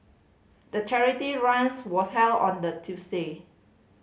the charity runs was held on the Tuesday